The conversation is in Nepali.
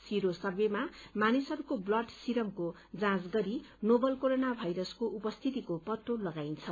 सीरो सर्वे मा मानिसहरूको ब्लड सीरमको जाँच गरी नोवल कोरोना भाइरसको उपस्थितिको पत्तो लगाइन्छ